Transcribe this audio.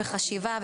חשיבה,